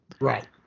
Right